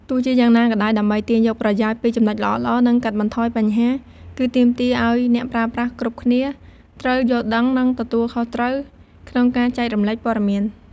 ទោះជាយ៉ាងណាក៏ដោយ ដើម្បី ទាញយកប្រយោជន៍ ពី ចំណុចល្អៗ និង កាត់បន្ថយបញ្ហា គឺទាមទារឱ្យ អ្នកប្រើប្រាស់គ្រប់គ្នា ត្រូវ យល់ដឹង និង ទទួលខុសត្រូវ ក្នុងការ ចែករំលែកព័ត៌មាន។